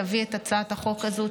תביא את הצעת החוק הזאת,